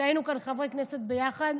כשהיינו כאן חברי הכנסת ביחד.